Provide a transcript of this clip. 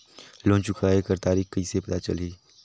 Loan चुकाय कर तारीक कइसे पता चलही?